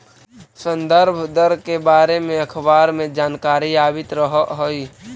संदर्भ दर के बारे में अखबार में जानकारी आवित रह हइ